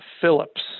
Phillips